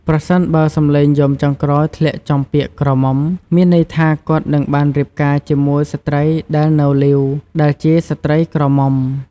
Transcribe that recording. ប្រសិនបើសំឡេងយំចុងក្រោយធ្លាក់ចំពាក្យ ក្រមុំ មានន័យថាគាត់នឹងបានរៀបការជាមួយស្ត្រីដែលនៅលីវ ដែលជាស្ត្រីក្រមុំ ។